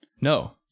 No